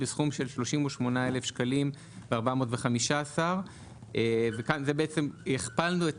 בסכום של 38,415 שקלים חדשים.";" בעצם הכפלנו את